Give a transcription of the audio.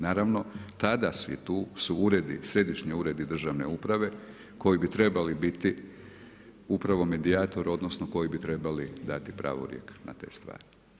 Naravno tada svi tu središnji uredi državne uprave koji bi trebali biti upravo medijator odnosno koji bi trebali dati pravorijek na te stvari.